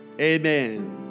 Amen